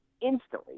instantly